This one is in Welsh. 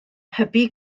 hybu